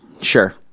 Sure